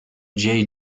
jay